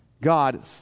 God